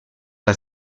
dal